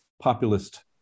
populist